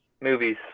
movies